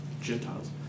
Gentiles